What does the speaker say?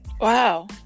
Wow